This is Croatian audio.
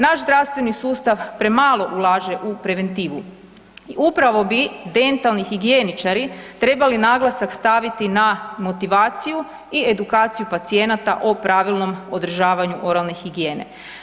Naš zdravstveni sustav premalo ulaže u preventivu i upravo bi dentalni higijeničari trebali naglasak staviti na motivaciju i edukaciju pacijenata o pravilnom održavanju oralne higijene.